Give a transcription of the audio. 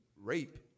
rape